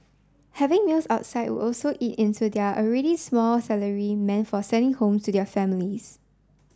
having meals outside would also eat into their already small salary meant for sending home to their families